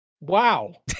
wow